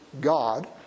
God